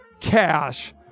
cash